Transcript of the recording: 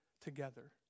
together